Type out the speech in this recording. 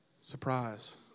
Surprise